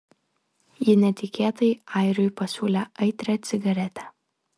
ji netikėtai airiui pasiūlė aitrią cigaretę